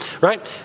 right